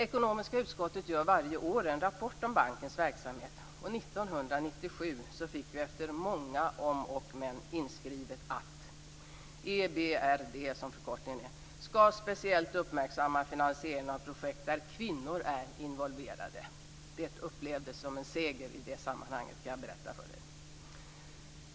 Ekonomiska utskottet gör varje år en rapport om bankens verksamhet, och 1997 fick vi efter många om och men inskrivet att: · EBRD - som förkortningen lyder - skall speciellt uppmärksamma finansieringen av projekt där kvinnor är involverade. Det upplevdes som en seger i det sammanhanget, kan jag berätta för er.